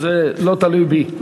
זה לא תלוי בי.